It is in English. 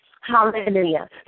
Hallelujah